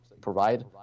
provide